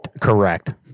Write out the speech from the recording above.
Correct